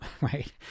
right